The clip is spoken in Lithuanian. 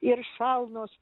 ir šalnos